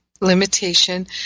limitation